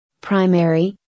Primary